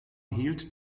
hielt